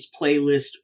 playlist